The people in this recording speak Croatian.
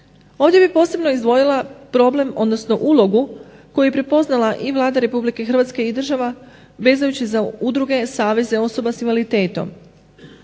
Ovdje bi posebno izdvojila problem, odnosno ulogu koju je prepoznala i Vlada Republike Hrvatske i država vezano za udruge, saveze osoba s invaliditetom